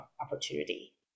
opportunity